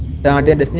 don denton yeah